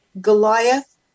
Goliath